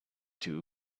two